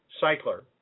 cycler